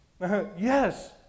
Yes